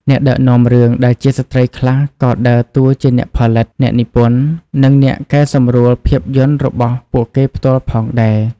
អ្នកដឹកនាំរឿងដែលជាស្ត្រីខ្លះក៏ដើរតួជាអ្នកផលិត អ្នកនិពន្ធ និងអ្នកកែសម្រួលភាពយន្តរបស់ពួកគេផ្ទាល់ផងដែរ។